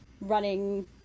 running